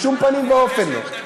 בשום פנים ואופן לא.